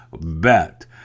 bet